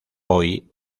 hoy